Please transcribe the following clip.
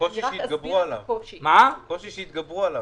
אני רק אסביר את הקושי -- זה קושי שהתגברו עליו.